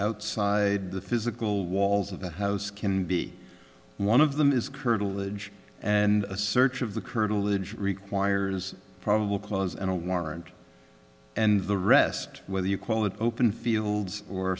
outside the physical walls of the house can be one of them is curtilage and a search of the curtilage requires probable cause and a warrant and the rest whether you call it open fields or